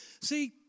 See